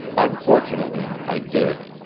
unfortunately i did.